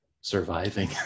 surviving